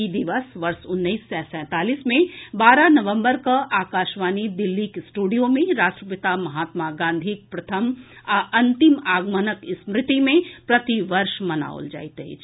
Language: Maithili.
इ दिवस वर्ष उन्नैस सय सैंतालीस मे बारह नवंबर के आकाशवाणी दिल्लीक स्टूडियो मे राष्ट्रपिता महात्मा गांधीक प्रथम आ अंतिम आगमनक स्मृति मे प्रतिवर्ष मनाओल जायत अछि